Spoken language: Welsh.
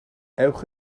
ewch